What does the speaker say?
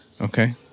Okay